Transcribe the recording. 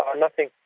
um nothing.